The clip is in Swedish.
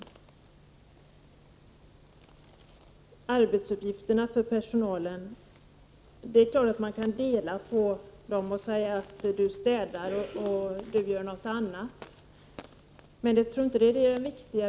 Beträffande arbetsuppgifterna för personalen är det klart att man kan dela på dem och säga att den ena skall städa och den andra göra något annat. Men jag trorinte att det är det viktiga.